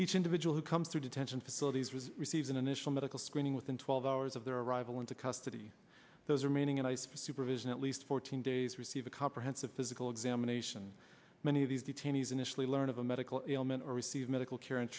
each individual who comes to detention facilities receives an initial medical screening within twelve hours of their arrival into custody those remaining in ice for supervision at least fourteen days receive a comprehensive physical examination many of these detainees initially learn of a medical ailments or receive medical care and